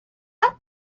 that